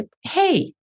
hey